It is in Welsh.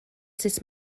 sut